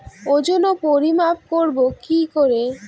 ওজন ও পরিমাপ করব কি করে?